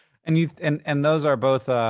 and yeah and and those are both